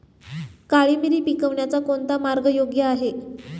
काळी मिरी पिकवण्याचा कोणता मार्ग योग्य आहे?